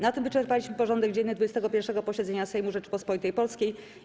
Na tym wyczerpaliśmy porządek dzienny 21. posiedzenia Sejmu Rzeczypospolitej Polskiej.